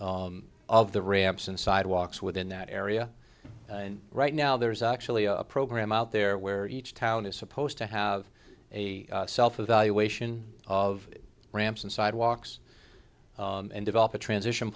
of the ramps and sidewalks within that area and right now there's actually a program out there where each town is supposed to have a self evaluation of ramps and sidewalks and develop a transition